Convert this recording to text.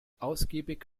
ausgiebig